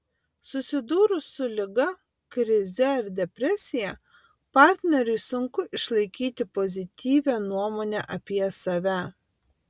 susidūrus su liga krize ar depresija partneriui sunku išlaikyti pozityvią nuomonę apie save